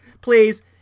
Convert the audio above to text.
please